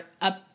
up